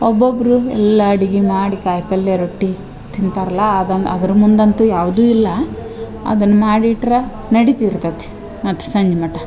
ಒಬ್ಬೊಬ್ಬರು ಎಲ್ಲ ಅಡಿಗೆ ಮಾಡಿ ಕಾಯಿ ಪಲ್ಲೆ ರೊಟ್ಟಿ ತಿಂತಾರಲ್ಲ ಅದು ಅದ್ರ ಮುಂದು ಅಂತೂ ಯಾವುದೂ ಇಲ್ಲ ಅದನ್ನ ಮಾಡಿಟ್ರ ನಡಿತಿರ್ತತಿ ಮತ್ತು ಸಂಜೆ ಮಟ್ಟ